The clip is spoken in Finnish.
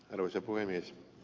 arvoisa puhemies